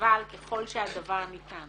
אבל ככל שהדבר ניתן